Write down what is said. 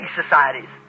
societies